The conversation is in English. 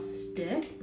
stick